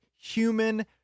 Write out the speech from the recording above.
human